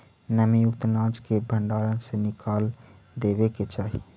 नमीयुक्त अनाज के भण्डार से निकाल देवे के चाहि